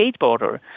skateboarder